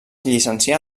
llicencià